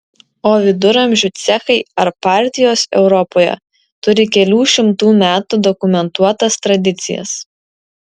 o viduramžių cechai ar partijos europoje turi kelių šimtų metų dokumentuotas tradicijas